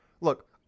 Look